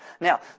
Now